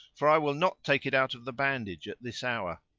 for i will not take it out of the bandage at this hour.